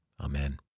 Amen